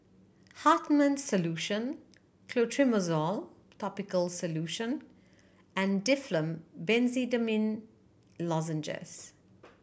Hartman's Solution Clotrimozole Topical Solution and Difflam Benzydamine Lozenges